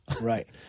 right